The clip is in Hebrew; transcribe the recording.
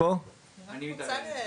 אני רק רוצה ברשותך,